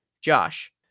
josh